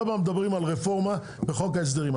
כל הזמן מדברים על רפורמה בחוק ההסדרים.